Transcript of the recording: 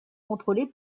contrôlé